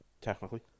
technically